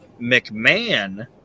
McMahon